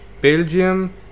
Belgium